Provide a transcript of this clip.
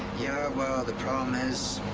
yeah, well, the problem is,